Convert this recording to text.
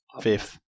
fifth